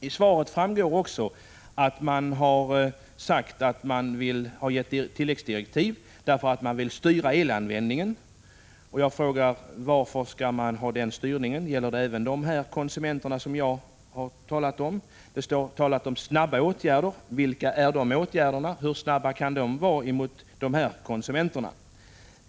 Av svaret framgår också att regeringen har gett tilläggsdirektiv därför att man vill styra elanvändningen. Jag frågar: Varför behövs en sådan styrning? Gäller det även de konsumenter som jag har talat om? Det talas om ”snabba åtgärder”. Vilka är de åtgärderna? Hur snabbt kan de komma att vidtas mot dessa konsumenter?